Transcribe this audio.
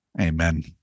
Amen